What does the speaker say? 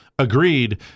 Agreed